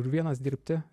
ir vienas dirbti